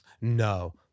No